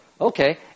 Okay